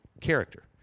character